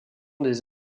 des